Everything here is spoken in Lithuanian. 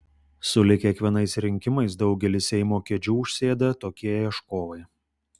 sulig kiekvienais rinkimais daugelį seimo kėdžių užsėda tokie ieškovai